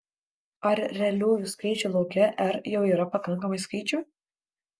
ar realiųjų skaičių lauke r jau yra pakankamai skaičių